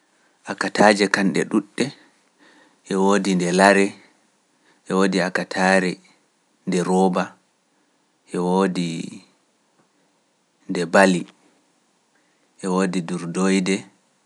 Akataaje kam de dudde. e wodi de lare, e wodi de roba, e wodi durdoide, e wodi de ndiyam kadi e wodi nattirde ladde.